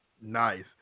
Nice